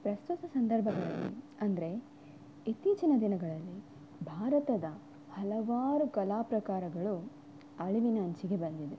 ಪ್ರಸ್ತುತ ಸಂದರ್ಭಗಳಲ್ಲಿ ಅಂದರೆ ಇತ್ತೀಚಿನ ದಿನಗಳಲ್ಲಿ ಭಾರತದ ಹಲವಾರು ಕಲಾಪ್ರಕಾರಗಳು ಅಳಿವಿನ ಅಂಚಿಗೆ ಬಂದಿದೆ